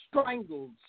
strangled